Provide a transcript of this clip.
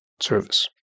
service